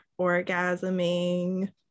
orgasming